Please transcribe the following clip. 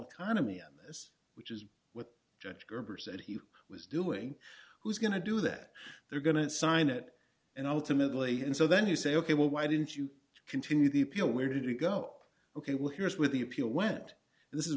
economy of this which is what judge gerber said he was doing who's going to do that they're going to sign it and ultimately and so then you say ok well why didn't you continue the appeal where did it go ok well here's where the appeal went this is